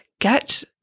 get